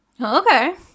Okay